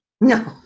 No